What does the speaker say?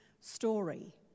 story